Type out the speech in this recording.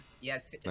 Yes